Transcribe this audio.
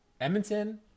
Edmonton